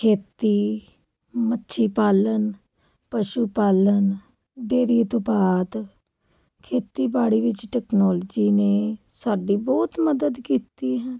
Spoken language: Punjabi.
ਖੇਤੀ ਮੱਛੀ ਪਾਲਣ ਪਸ਼ੂ ਪਾਲਣ ਡੇਰੀ ਉਤਪਾਦ ਖੇਤੀਬਾੜੀ ਵਿੱਚ ਟੈਕਨੋਲਜੀ ਨੇ ਸਾਡੀ ਬਹੁਤ ਮਦਦ ਕੀਤੀ ਹੈ